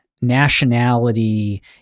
nationality